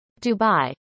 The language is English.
Dubai